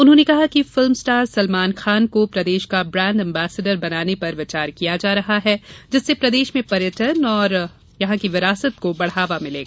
उन्होंने कहा कि फिल्म स्टार सलमान खान को प्रदेश का ब्रांड एम्बसेडर बनाने पर विचार किया जा रहा है जिससे प्रदेश में पर्यटन और विरासत को बढ़ावा मिलेगा